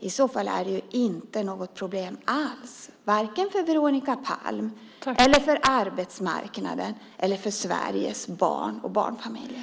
I så fall är det inte något problem alls, vare sig för Veronica Palm eller för arbetsmarknaden eller för Sveriges barn och barnfamiljer.